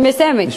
אני מסיימת.